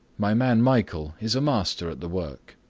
my man, michael, is a master at the work.